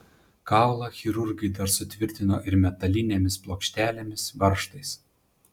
kaulą chirurgai dar sutvirtino ir metalinėmis plokštelėmis varžtais